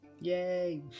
Yay